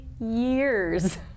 years